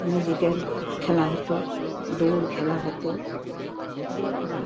musical খেলা হতো দৌড় খেলা হতো